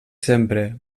sempre